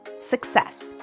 success